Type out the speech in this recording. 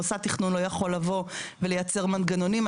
מוסד תכנון לא יכול לבוא ולייצר מנגנונים.